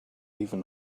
even